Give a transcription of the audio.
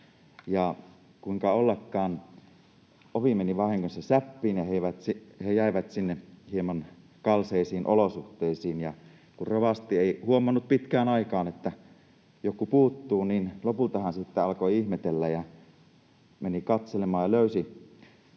Kuinka ollakaan, ovi meni vahingossa säppiin ja he jäivät sinne hieman kalseisiin olosuhteisiin, ja kun rovasti ei huomannut pitkään aikaan, että joku puuttuu, niin lopulta hän sitten alkoi ihmetellä ja meni katselemaan ja löysi